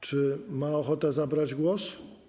Czy ma pan ochotę zabrać głos?